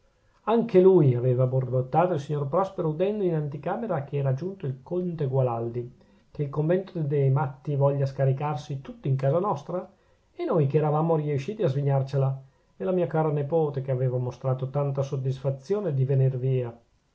anche lui aveva borbottato il signor prospero udendo in anticamera che era giunto il conte gualandi che il convento dei matti voglia scaricarsi tutto in casa nostra e noi che eravamo riesciti a svignarcela e la mia cara nepote che aveva mostrato tanta soddisfazione di venir via